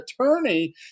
attorney